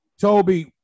Toby